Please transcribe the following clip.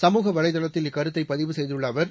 சமூக வலைதளத்தில் இக்கருத்தைபதிவு செய்துள்ளஅவர்